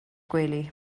gwely